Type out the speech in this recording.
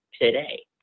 today